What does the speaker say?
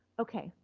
okay,